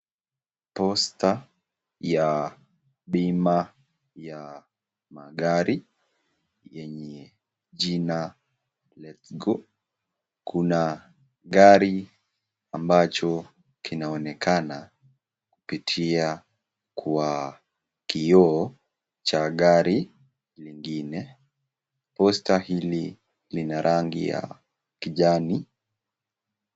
Posta ya bima ya magari yenye jina Letgo. Kuna gari ambacho kinaonekana kupitia kwa kioo cha gari lingine. Posta hili lina rangi ya kijani.